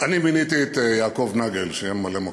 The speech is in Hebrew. אני מיניתי את יעקב נגל לממלא-מקום.